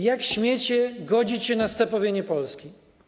Jak śmiecie godzić się na stepowienie Polski?